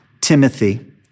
Timothy